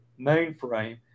mainframe